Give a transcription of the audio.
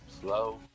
Slow